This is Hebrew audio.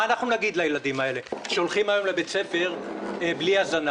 מה אנחנו נגיד לילדים האלה שהולכים היום לבית הספר בלי הזנה?